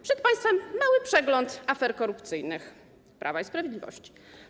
Przed państwem mały przegląd afer korupcyjnych Prawa i Sprawiedliwości.